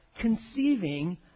conceiving